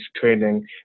training